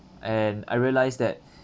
and I realised that